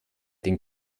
den